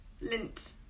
lint